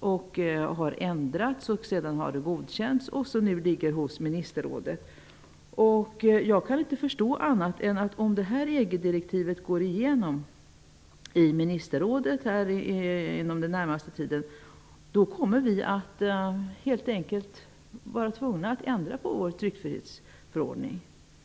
och har ändrats och sedan godkänts och nu ligger hos ministerrådet. Jag kan inte förstå annat än att om det här EG direktivet går igenom i ministerrådet inom den närmaste tiden kommer vi helt enkelt att vara tvungna att ändra på vår tryckfrihetsförordning.